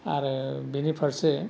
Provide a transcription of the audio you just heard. आरो बेनिफारसे